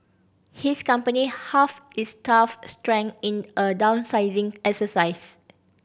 his company half its staff strength in a downsizing exercise